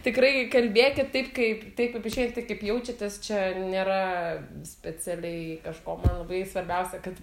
tikrai kalbėkit taip kaip tai kaip išeina kaip jaučiatės čia nėra specialiai kažko man labai svarbiausia kad